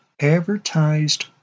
advertised